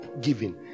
giving